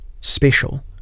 special